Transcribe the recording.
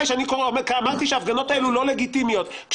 שאני אמרתי שההפגנות האלה לא לגיטימיות.